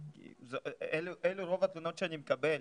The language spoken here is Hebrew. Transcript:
אלה רוב התלונות שאני מקבל.